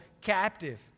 captive